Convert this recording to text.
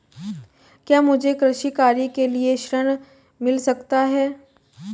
क्या मुझे कृषि कार्य के लिए ऋण मिल सकता है?